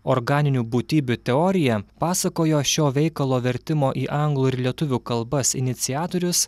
organinių būtybių teorija pasakojo šio veikalo vertimo į anglų ir lietuvių kalbas iniciatorius